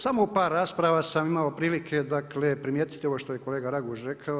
Samo u par rasprava sam imao prilike, dakle primijetiti ovo što je kolega Raguž rekao.